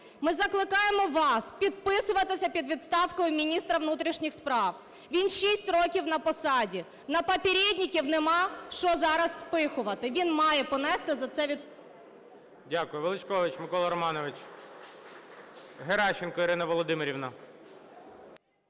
Ми закликаємо вас підписуватися під відставкою міністра внутрішніх справ, він 6 років на посаді, на попередників немає що зараз спихувати, він має понести за це… ГОЛОВУЮЧИЙ. Дякую. Величкович Микола Романович. Геращенко Ірина Володимирівна.